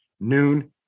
noon